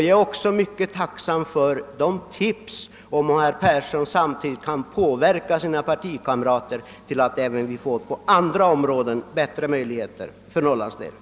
Jag är emellertid mycket tacksam för tips på andra åtgärder och om herr Persson kan påverka sina partikamrater att ge Norrland bättre möjligheter även på andra områden.